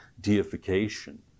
deification